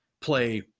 play